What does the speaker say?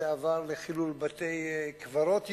זה עבר לחילול בתי-קברות יהודיים,